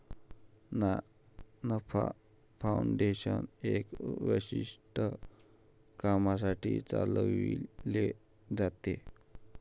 ना नफा फाउंडेशन एका विशिष्ट कामासाठी चालविले जाते